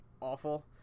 awful